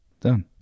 Done